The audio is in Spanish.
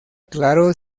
claro